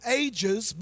ages